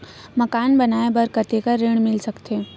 मकान बनाये बर कतेकन ऋण मिल सकथे?